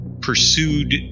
pursued